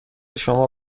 شما